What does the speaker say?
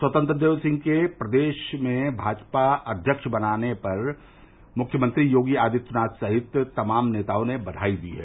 स्वतंत्र देव सिंह के प्रदेश में भाजपा अध्यक्ष बनने पर मुख्यमंत्री योगी आदित्यनाथ सहित तमाम नेताओं ने बधाई दी है